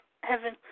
heaven